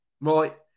right